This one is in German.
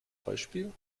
beispiel